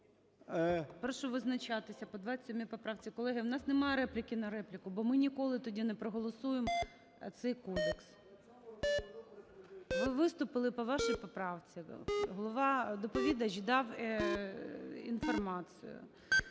Прошу визначатися по 27-й поправці. Колеги, у нас немає репліки на репліку, бо ми ніколи тоді не проголосуємо цей кодекс. (Шум у залі) Ви виступили по вашій поправці. Голова… Доповідач дав інформацію.